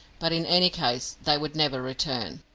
but in any case they would never return.